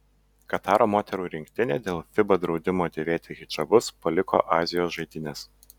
kataro moterų rinktinė dėl fiba draudimo dėvėti hidžabus paliko azijos žaidynes